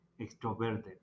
extroverted